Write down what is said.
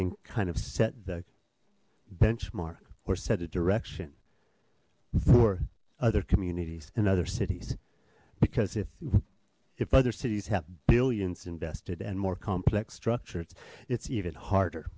can kind of set the benchmark or set a direction for other communities in other cities because if if other cities have billions invested and more complex structures it's even harder